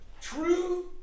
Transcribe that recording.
True